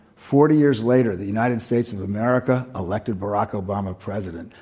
forty years later, the united states of america elected barack obama president.